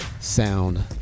Sound